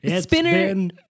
Spinner